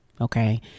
Okay